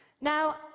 Now